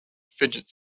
fidget